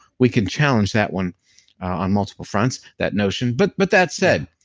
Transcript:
we can challenge that one on multiple fronts, that notion, but but that said,